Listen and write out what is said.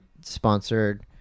sponsored